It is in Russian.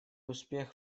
успех